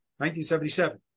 1977